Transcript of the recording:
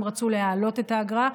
הם רצו להעלות את האגרה,